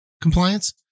compliance